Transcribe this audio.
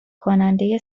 کننده